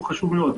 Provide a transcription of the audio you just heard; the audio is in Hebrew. זה חשוב מאד,